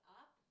up